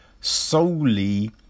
solely